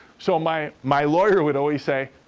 so, my my lawyer would always say,